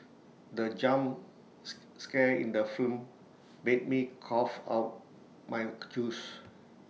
the jumps scare in the film made me cough out mike juice